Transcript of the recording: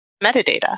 metadata